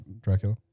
Dracula